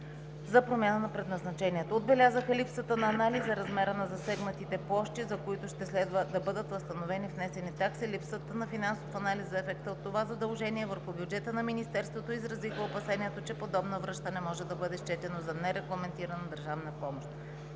за промяна на предназначението. Отбелязаха липсата на анализ за размера на засегнатите площи, за които ще следва да бъдат възстановени внесени такси, липсата на финансов анализ за ефекта от това задължение върху бюджета на министерството и изразиха опасението, че подобно връщане може да бъде счетено за нерегламентирана държавна помощ.